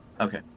Okay